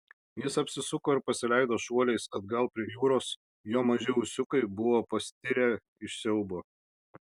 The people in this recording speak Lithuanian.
jis apsisuko ir pasileido šuoliais atgal prie jūros jo maži ūsiukai buvo pastirę iš siaubo